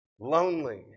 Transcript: lonely